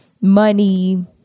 money